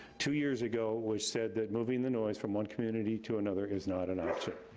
two years ago, we said that moving the noise from one community to another is not an option.